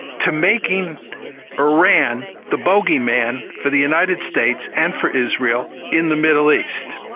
to making iran the bogeyman for the united states and for israel in the middle east.